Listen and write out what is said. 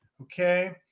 okay